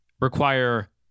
require